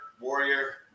Warrior